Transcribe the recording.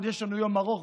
יש לנו עוד יום ארוך,